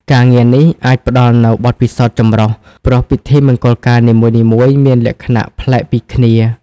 ការងារនេះអាចផ្តល់នូវ បទពិសោធន៍ចម្រុះ ព្រោះពិធីមង្គលការនីមួយៗមានលក្ខណៈប្លែកពីគ្នា។